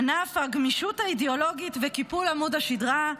ענף הגמישות האידיאולוגית וקיפול עמוד השדרה,